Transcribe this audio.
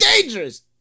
dangerous